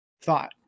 thought